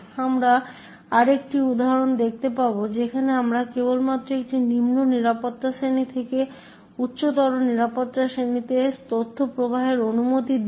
আমরা আরেকটি উদাহরণ দেখতে পাব যেখানে আমরা কেবলমাত্র একটি নিম্ন নিরাপত্তা শ্রেণী থেকে উচ্চতর নিরাপত্তা শ্রেণীতে তথ্য প্রবাহের অনুমতি দিই